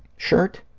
shirt.